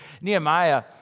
Nehemiah